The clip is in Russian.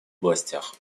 областях